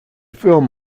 film